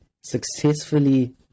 successfully